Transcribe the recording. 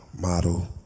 model